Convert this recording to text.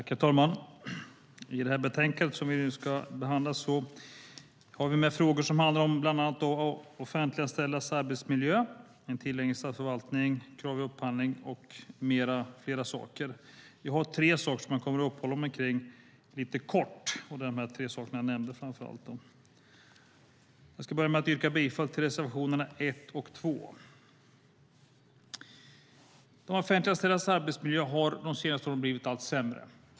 Herr talman! I det här betänkandet behandlas frågor som gäller bland annat offentliganställdas arbetsmiljö, en tillgänglig statsförvaltning, krav vid upphandling med flera saker. Jag kommer att uppehålla mig vid dessa tre områden. Jag börjar med att yrka bifall till reservationerna 1 och 2. De offentliganställdas arbetsmiljö har de senaste åren blivit allt sämre.